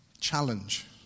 challenge